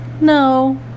No